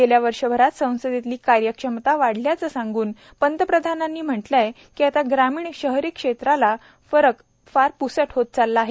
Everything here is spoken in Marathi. गेल्या वर्षभरात संसदेतली कार्यक्षमता वाढल्याचं सांगून प्रधानमंत्र्यांनी म्हटलंय की आता ग्रामीण शहरी क्षेत्रातला फरक प्सट होत चालला आहे